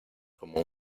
como